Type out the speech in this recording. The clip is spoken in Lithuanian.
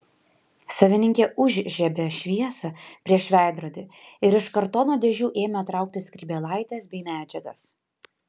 savininkė užžiebė šviesą prieš veidrodį ir iš kartono dėžių ėmė traukti skrybėlaites bei medžiagas